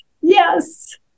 Yes